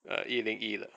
err 一零一